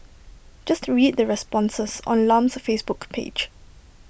just read the responses on Lam's Facebook page